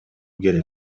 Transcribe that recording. керек